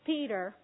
Peter